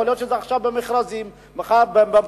יכול להיות שזה עכשיו במכרזים, מחר במכרז